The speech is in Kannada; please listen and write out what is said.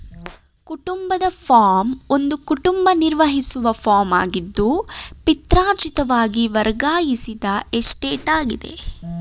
ಕುಟುಂಬದ ಫಾರ್ಮ್ ಒಂದು ಕುಟುಂಬ ನಿರ್ವಹಿಸುವ ಫಾರ್ಮಾಗಿದ್ದು ಪಿತ್ರಾರ್ಜಿತವಾಗಿ ವರ್ಗಾಯಿಸಿದ ಎಸ್ಟೇಟಾಗಿದೆ